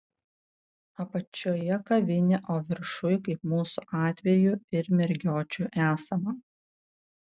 apačioje kavinė o viršuj kaip mūsų atveju ir mergiočių esama